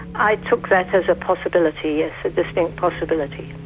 i took that as a possibility, yes, a distinct possibility.